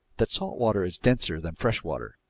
that salt water is denser than fresh water,